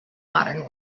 modern